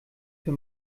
für